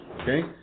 Okay